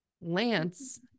lance